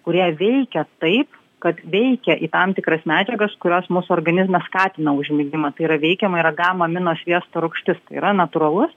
kurie veikia taip kad veikia į tam tikras medžiagas kurios mūsų organizme skatina užmigimą tai yra veikiama į ragamamino sviesto rūgštis tai yra natūralus